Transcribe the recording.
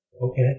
Okay